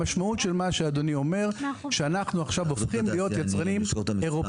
המשמעות של מה שאדוני אומר שעכשיו אנחנו הופכים להיות יצרנים אירופיים.